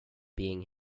being